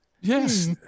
Yes